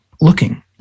looking